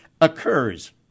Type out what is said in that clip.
occurs